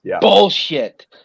Bullshit